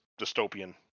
dystopian